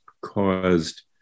caused